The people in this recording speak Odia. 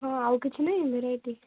ହଁ ଆଉ କିଛି ନାହିଁ ଭେରାଇଟି